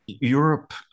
Europe